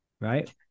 Right